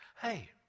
Hey